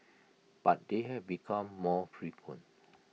but they have become more frequent